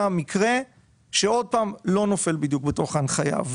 המקרה שעוד פעם לא נופל בדיוק בתוך ההנחיה.